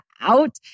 out